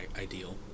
ideal